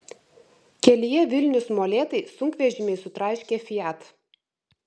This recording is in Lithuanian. kelyje vilnius molėtai sunkvežimiai sutraiškė fiat